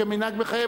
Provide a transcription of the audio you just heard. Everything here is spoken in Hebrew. כמנהג מחייב,